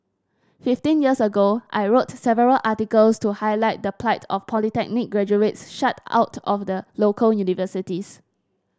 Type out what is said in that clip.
fifteen years ago I wrote several articles to highlight the plight of polytechnic graduates shut out of the local universities